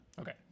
Okay